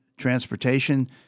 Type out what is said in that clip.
transportation